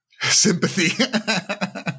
Sympathy